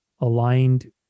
aligned